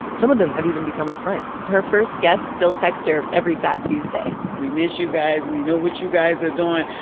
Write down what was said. some of them have even become her friends her first guests still text her every fat tuesday we miss you guys. we know what you guys are doing.